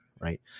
right